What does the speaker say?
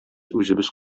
үзебез